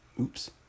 oops